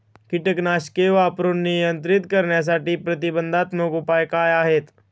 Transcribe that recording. कीटकनाशके वापरून नियंत्रित करण्यासाठी प्रतिबंधात्मक उपाय काय आहेत?